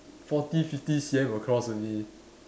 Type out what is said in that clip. forty fifty C_M across only